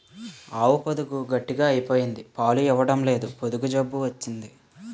ఆవు పొదుగు గట్టిగ అయిపోయింది పాలు ఇవ్వడంలేదు పొదుగు జబ్బు వచ్చింది